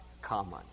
common